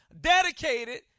dedicated